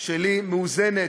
שלי מאוזנת.